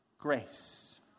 grace